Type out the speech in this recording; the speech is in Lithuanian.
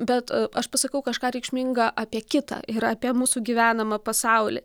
bet aš pasakau kažką reikšminga apie kitą ir apie mūsų gyvenamą pasaulį